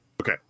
Okay